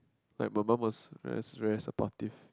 like my mum was very very supportive